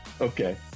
okay